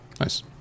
Nice